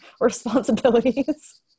responsibilities